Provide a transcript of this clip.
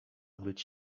być